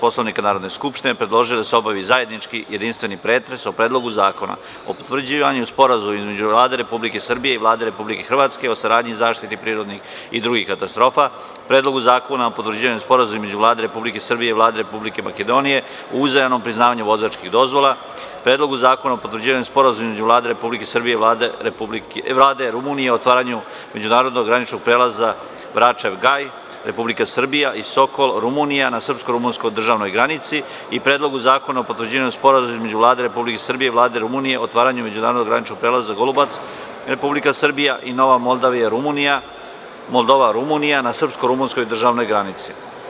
Poslovnika Narodne skupštine predložio da se obavi zajednički jedinstveni pretres o Predlogu zakona o potvrđivanju Sporazuma između Vlade Republike Srbije i Vlade Republike Hrvatske o saradnji i zaštiti prirodnih i drugih katastrofa, Predlogu zakona o potvrđivanju Sporazuma između Vlade Republike Srbije i Vlade Republike Makedonije o uzajamnom priznavanju vozačkih dozvola, Predlogu zakona o potvrđivanju Sporazuma između Vlade Republike Srbije i Vlade Rumunije o otvaranju međunarodnog zajedničkog prelaza Vračev Gaj (Republika Srbija) i Sokol (Rumunija) na srpsko-rumunsko državnoj granici i Predlogu zakona o potvrđivanju Sporazuma između Vlade Republike Srbije i Vlade Rumunije o otvaranju međunarodnog graničnog prelaza Golubac(Republika Srbija) i Nova Moldova (Rumunija) na srpsko-rumunskoj državnoj granici.